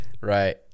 Right